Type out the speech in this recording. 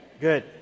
Good